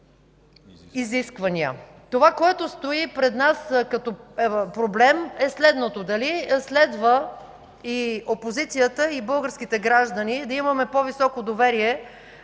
Това, което стои пред нас като проблем, е следното: дали следва и опозицията, и българските граждани да имаме по-високо доверие